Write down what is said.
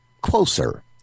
Closer